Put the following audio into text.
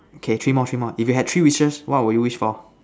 okay three more three more if you had three wishes what would you wish for